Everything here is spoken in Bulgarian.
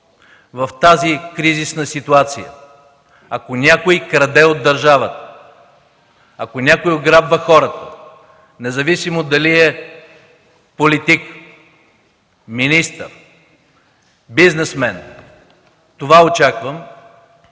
в тази кризисна ситуация. Ако някой краде от държавата и ограбва хората, независимо дали е политик, министър, бизнесмен, това очаквам